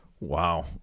Wow